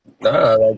Nah